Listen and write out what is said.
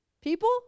People